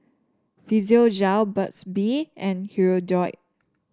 Physiogel Burt's Bee and Hirudoid